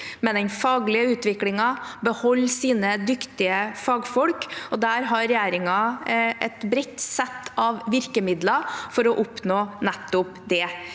med den faglige utviklingen og beholder sine dyktige fagfolk. Der har regjeringen et bredt sett av virkemidler for å oppnå nettopp det.